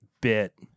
bit